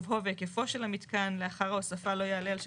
גובהו והיקפו של המתקן לאחר ההוספה לא יעלה על שטח,